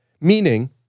Meaning